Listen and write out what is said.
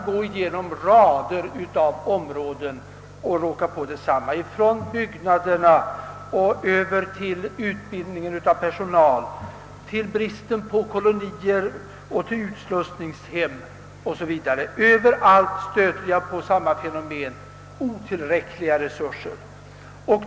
På många områden, från byggnaderna över utbildningen av personal till bristen på kolonier och utslussningshem 0. s. v., stöter man på samma fenomen — otillräckliga resurser.